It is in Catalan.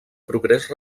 progrés